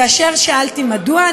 כאשר שאלתי מדוע,